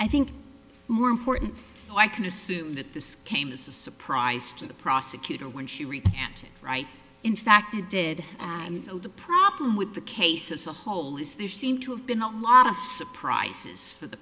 i think more important so i can assume that this came as a surprise to the prosecutor when she recanted right in fact you did and so the problem with the case is a whole is there seem to have been a lot of surprises for the